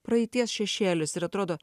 praeities šešėlis ir atrodo